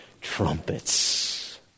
Trumpets